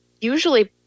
usually